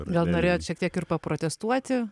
gal norėjot šiek tiek ir paprotestuoti